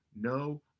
no